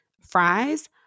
fries